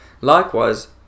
Likewise